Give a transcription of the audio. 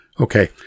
Okay